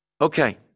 Okay